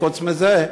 חוץ מזה,